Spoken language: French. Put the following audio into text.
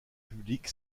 publique